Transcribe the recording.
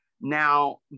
Now